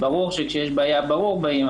כשיש בעיה ברור שבאים,